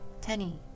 Tenny